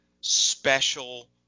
special